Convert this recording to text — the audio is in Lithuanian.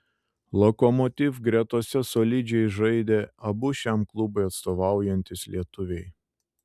lokomotiv gretose solidžiai žaidė abu šiam klubui atstovaujantys lietuviai